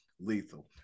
Lethal